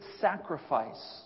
sacrifice